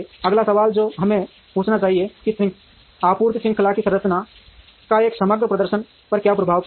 अगला सवाल जो हमें पूछना चाहिए कि आपूर्ति श्रृंखला की संरचना का समग्र प्रदर्शन पर क्या प्रभाव पड़ेगा